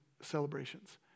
celebrations